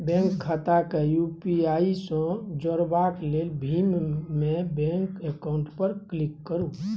bank खाता केँ UPI सँ जोरबाक लेल भीम मे बैंक अकाउंट पर क्लिक करु